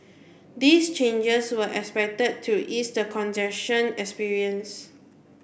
these changes were expected to ease the congestion experienced